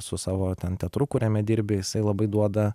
su savo ten teatru kuriame dirbi jisai labai duoda